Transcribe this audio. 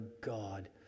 God